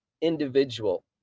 individual